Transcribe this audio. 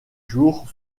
jours